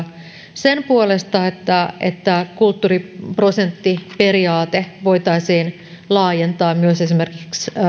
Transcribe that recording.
sen puolesta että että kulttuuriprosenttiperiaate voitaisiin laajentaa myös esimerkiksi